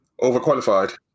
Overqualified